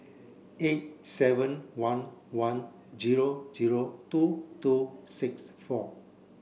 eight seven one one zero zero two two six four